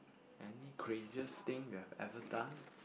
any craziest thing you have ever done